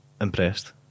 impressed